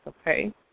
okay